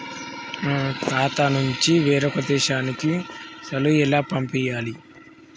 మా ఖాతా నుంచి వేరొక దేశానికి పైసలు ఎలా పంపియ్యాలి?